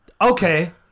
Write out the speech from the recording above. Okay